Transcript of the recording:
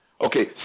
Okay